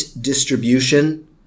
distribution